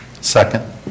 Second